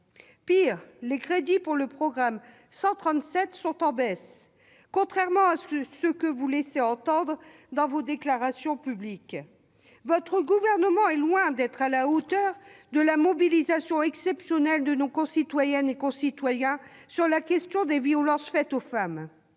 Pis, les crédits pour le programme 137 sont en baisse, contrairement à ce que vous laissez entendre dans vos déclarations publiques. Votre gouvernement est loin d'être à la hauteur de la mobilisation exceptionnelle de nos concitoyennes et de nos concitoyens sur la question des violences faites aux femmes.